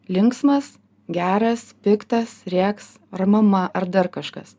linksmas geras piktas rėks mama ar dar kažkas